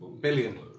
Billion